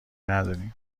ندارین